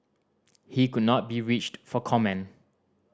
he could not be reached for comment